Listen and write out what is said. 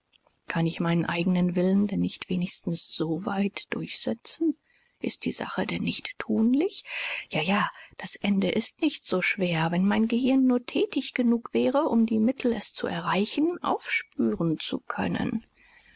kann ich meinen eigenen willen denn nicht wenigstens so weit durchsetzen ist die sache denn nicht thunlich ja ja das ende ist nicht so schwer wenn mein gehirn nur thätig genug wäre um die mittel es zu erreichen aufspüren zu können